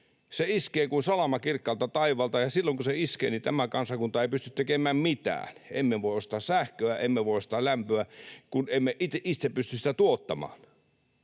Se iskee kuin salama kirkkaalta taivaalta, ja silloin kun se iskee, niin tämä kansakunta ei pysty tekemään mitään. Emme voi ostaa sähköä, emme voi ostaa lämpöä, kun emme itse pysty sitä tuottamaan.